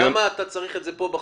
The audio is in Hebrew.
למה אתה צריך את זה כאן בחוק?